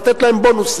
לתת להם בונוסים,